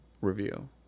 review